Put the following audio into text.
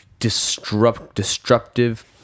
Destructive